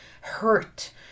hurt